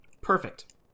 perfect